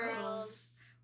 Girls